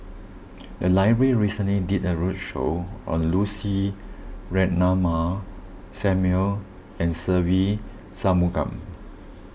the library recently did a roadshow on Lucy Ratnammah Samuel and Se Ve Shanmugam